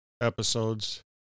Episodes